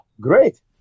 Great